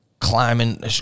climbing